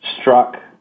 struck